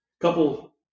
couple